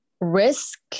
risk